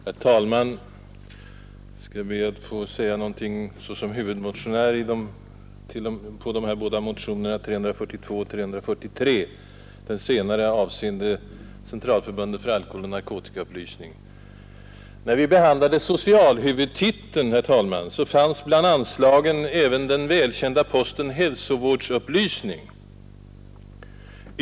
Herr talman! Jag skall be att få säga några ord såsom huvudmotionär beträffande de båda motionerna 342 och 343, den senare avseende bidrag till Centralförbundet för alkoholoch narkotikaupplysning. När vi behandlade socialhuvudtiteln, herr talman, fanns bland anslagen även den välkända posten Hälsovårdsupplysning.